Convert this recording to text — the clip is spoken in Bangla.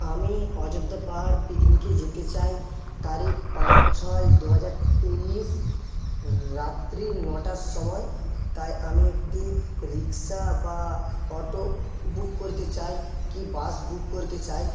আমি অযোধ্যা পাহাড় পিকনিকে যেতে চাই তারিখ পাঁচ ছয় দুহাজার তেইশ রাত্রি নটার সময় তাই আমি একটি রিক্সা বা অটো বুক করতে চাই কি বাস বুক করতে চাই